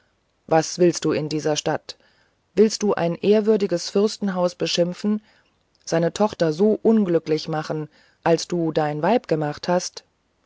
was willst du in dieser stadt willst du ein ehrwürdiges fürstenhaus beschimpfen seine tochter so unglücklich machen als du dein weib gemacht hast